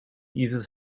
uses